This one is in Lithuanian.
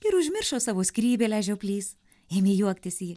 ir užmiršo savo skrybėlę žioplys ėmė juoktis į